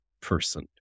person